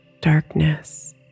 darkness